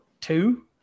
two